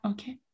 Okay